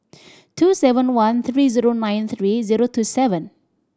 two seven one three zero nine three zero two seven